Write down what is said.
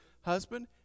Husband